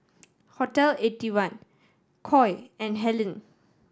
Hotel Eighty one Koi and Helen